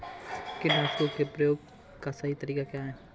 कीटनाशकों के प्रयोग का सही तरीका क्या है?